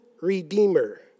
redeemer